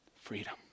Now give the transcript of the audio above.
freedom